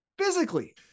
Physically